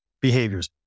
Behaviors